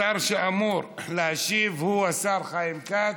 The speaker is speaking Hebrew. השר שאמור להשיב הוא השר חיים כץ,